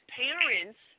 parents